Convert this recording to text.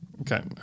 Okay